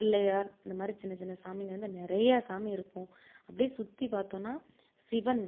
பிள்ளையார் இந்த மாதிரி சின்ன சின்ன சாமிங்க வந்து நிறைய சாமி இருக்கும் அப்டேயே சுற்றி பார்த்தோன்னா சிவன்